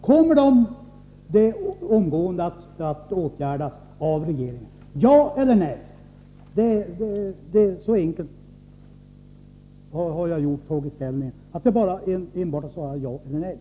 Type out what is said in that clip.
Kommer dessa åtgärder omgående att åtgärdas av regeringen — ja eller nej? Jag har formulerat frågeställningen så enkelt att det bara är att svara ja eller nej.